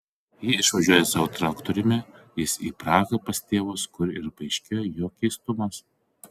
ji išvažiuoja savo traktoriumi jis į prahą pas tėvus kur ir paaiškėja jo keistumas